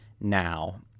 now